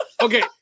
Okay